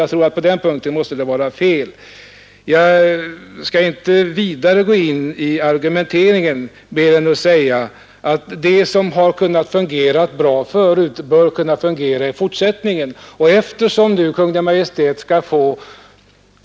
Jag tror att det måste föreligga något fel på den här punkten men jag skall inte gå mera in i argumenteringen än att säga att det som fungerat bra förut bör kunna fungera även i fortsättningen.